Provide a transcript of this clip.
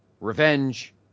revenge